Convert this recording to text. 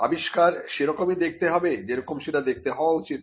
আবিষ্কার সেরকমই দেখতে হবে যে রকম সেটা দেখতে হওয়া উচিত